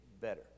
better